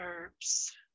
herbs